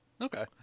Okay